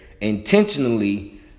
intentionally